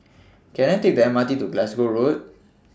Can I Take The M R T to Glasgow Road